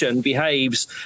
behaves